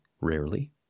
rarely